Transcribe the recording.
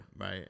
right